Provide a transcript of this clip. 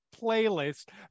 playlist